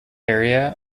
area